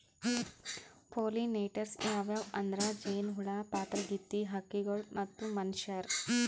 pollinators ಯಾವ್ಯಾವ್ ಅಂದ್ರ ಜೇನಹುಳ, ಪಾತರಗಿತ್ತಿ, ಹಕ್ಕಿಗೊಳ್ ಮತ್ತ್ ಮನಶ್ಯಾರ್